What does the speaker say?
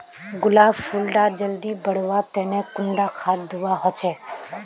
गुलाब फुल डा जल्दी बढ़वा तने कुंडा खाद दूवा होछै?